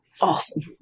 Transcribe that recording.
Awesome